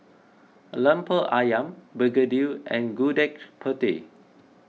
Lemper Ayam Begedil and Gudeg Putih